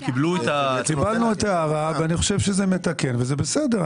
קיבלנו את ההערה ואני חושב שזה מתקן וזה בסדר.